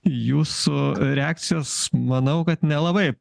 jūsų reakcijos manau kad nelabai